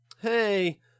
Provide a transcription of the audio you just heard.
hey